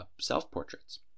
self-portraits